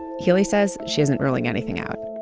healey says she isn't ruling anything out